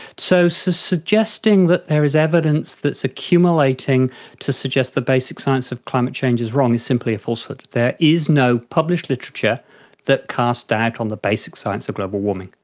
so suggesting that there is evidence that is accumulating to suggest the basic science of climate change is wrong is simply a falsehood. there is no published literature that casts doubt on the basic science of global warming.